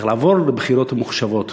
צריך לעבור לבחירות ממוחשבות.